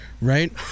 Right